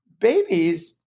Babies